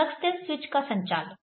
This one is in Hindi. फ्लक्स दर स्विच का संचालन